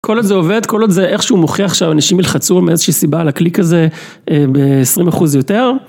כל עוד זה עובד, כל עוד זה איכשהו מוכיח שאנשים ילחצו עם איזושהי סיבה על הקליק הזה ב-20% יותר.